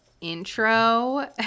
intro